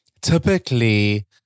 typically